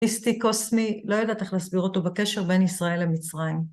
מיסטי קוסמי, לא יודעת איך לסביר אותו בקשר בין ישראל למצרים.